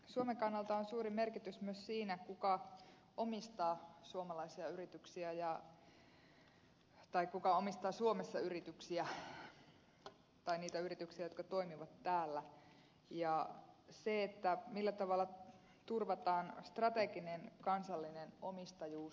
suomen kannalta on suuri merkitys myös sillä kuka omistaa suomalaisia yrityksiä kuka omistaa niitä yrityksiä jotka toimivat täällä ja sillä millä tavalla turvataan strateginen kansallinen omistajuus